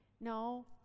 No